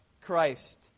Christ